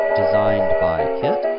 designedbykit